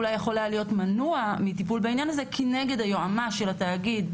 אולי יכול היה להיות מנוע מטיפול בעניין הזה כנגד היועמ"ש של התאגיד,